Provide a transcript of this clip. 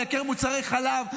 לייקר מוצרי חלב,